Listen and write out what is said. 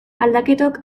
aldaketok